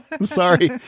sorry